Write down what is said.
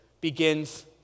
begins